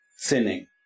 thinning